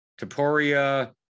Taporia